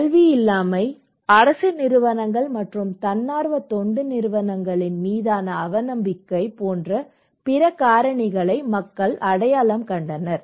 கல்வி இல்லாமை அரசு நிறுவனங்கள் மற்றும் தன்னார்வ தொண்டு நிறுவனங்கள் மீதான அவநம்பிக்கை போன்ற பிற காரணிகளை மக்கள் அடையாளம் கண்டனர்